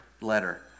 letter